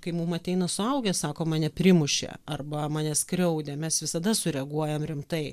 kai mum ateina suaugę sako mane primušė arba mane skriaudė mes visada sureaguojam rimtai